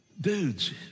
Dudes